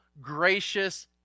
gracious